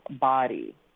body